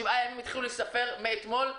ושבעת הימים החלו להיספר מאתמול,